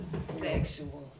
Sexual